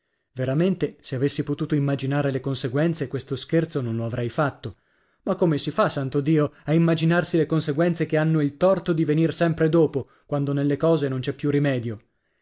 veramente se avessi potuto immaginare le conseguenze questo scherzo non lo avrei fatto ma come si fa santo dio a immaginarsi le conseguenze che hanno il torto di venir sempre dopo quando nelle cose non c'è più rimedio